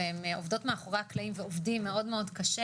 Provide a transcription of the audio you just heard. הם עובדות מאחורי הקלעים ועובדים מאוד קשה